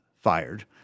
fired